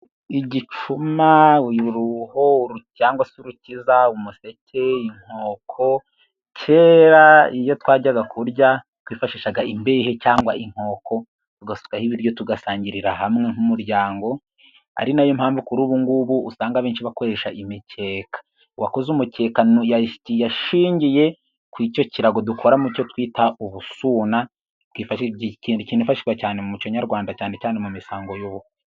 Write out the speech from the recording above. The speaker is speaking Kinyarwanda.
Igicuma, uruho cyangwa se urukiza, umuseke, inkoko, kera iyo twajyaga kurya twifashishaga imbehe cyangwa inkoko, tugasukaho ibiryo tugasangirira hamwe nk'umuryango, ari na yo mpamvu kuri ubu ngubu usanga abenshi bakoresha imikeka. Uwakoze umukeka yashingiye ku icyo kirago dukora mu cyo twita ubusuna, kinifashishwa mu muco nyarwanda cyane cyane mu misango y'ubukwe.